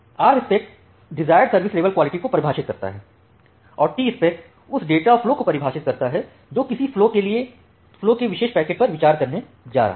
Rspec desired service of quality को परिभाषित करता है और Tspec उस डेटा फ्लो को परिभाषित करता है जो किसी फ्लो के विशेष पैकेट पर विचार करने जा रहा है